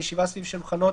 בישיבה סביב שולחנות,